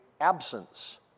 absence